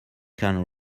can